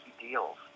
deals